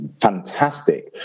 fantastic